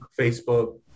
Facebook